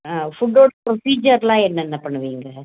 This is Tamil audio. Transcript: ஆ ஃபுட்டோடய ப்ரொஸீஜர்லாம் என்னென்ன பண்ணுவீங்க